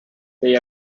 they